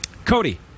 Cody